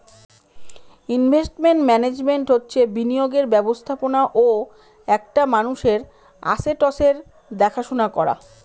investment management হচ্ছে বিনিয়োগের ব্যবস্থাপনা ও একটা মানুষের আসেটসের দেখাশোনা করা